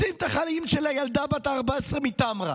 מצילים את החיים של הילדה בת ה-14 מטמרה